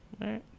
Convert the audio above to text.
right